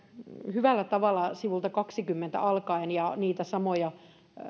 hyvällä tavalla sivulta kahdenkymmenen alkaen niitä samoja